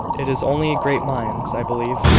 it is only great minds, i believe,